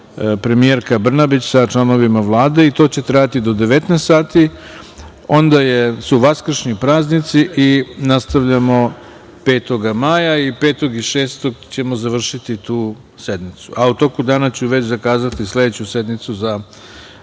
premijerka Brnabić sa članovima Vlade i to će trajati do 19.00 časova, onda su vaskršnji praznici i nastavljamo 5. maja i 5. i 6. maja ćemo završiti tu sednicu. A u toku dana ću već zakazati sledeću sednicu za